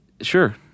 sure